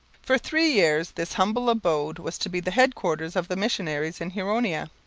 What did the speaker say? for three years this humble abode was to be the headquarters of the missionaries in huronia.